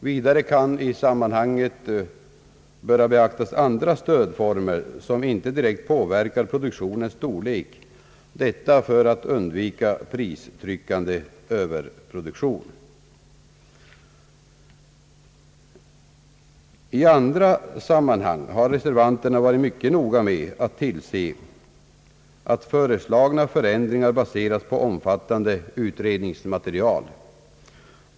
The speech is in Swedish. Vidare kan i sammanhanget böra beaktas andra stödformer som inte direkt påverkar produktionens storlek; detta för att undvika pristryckande överproduktion. I andra sammanhang har reservanterna varit mycket noga med att tillse, att föreslagna förändringar baseras på omfattande utredningsmaterial.